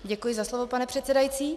Děkuji za slovo, pane předsedající.